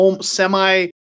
semi